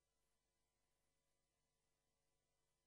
ואני